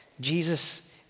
Jesus